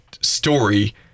story